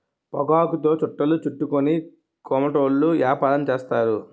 పొగాకుతో చుట్టలు చుట్టుకొని కోమటోళ్ళు యాపారం చేస్తారు